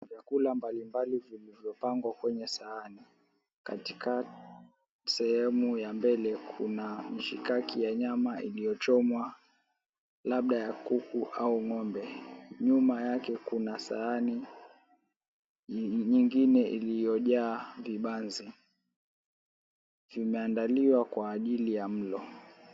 Vyakula mbali mbali vilivyopangwa kwenye sahani. Katika sehemu ya mbele kuna mshikaki ya nyama iliyochomwa labda ya kuku au ng'ombe. Nyuma yake kuna sahani nyingine iliyojaa vibanzi, kimeandaliwa kwa ajili ya mlo.